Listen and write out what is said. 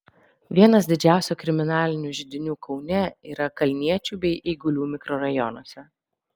vienas didžiausių kriminalinių židinių kaune yra kalniečių bei eigulių mikrorajonuose